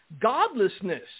godlessness